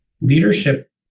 leadership